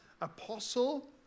apostle